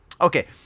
okay